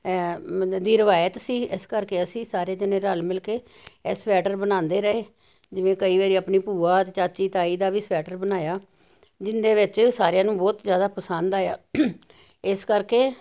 ਦੀ ਰਵਾਇਤ ਸੀ ਇਸ ਕਰਕੇ ਅਸੀਂ ਸਾਰੇ ਜਣੇ ਰਲ਼ ਮਿਲ ਕੇ ਇਹ ਸਵੈਟਰ ਬਣਾਉਂਦੇ ਰਹੇ ਜਿਵੇਂ ਕਈ ਵਾਰੀ ਆਪਣੀ ਭੂਆ ਅਤੇ ਚਾਚੀ ਤਾਈ ਦਾ ਵੀ ਸਵੈਟਰ ਬਣਾਇਆ ਜਿਹਦੇ ਵਿੱਚ ਸਾਰਿਆਂ ਨੂੰ ਬਹੁਤ ਜ਼ਿਆਦਾ ਪਸੰਦ ਆਇਆ ਇਸ ਕਰਕੇ